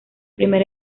primer